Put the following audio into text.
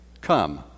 Come